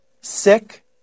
sick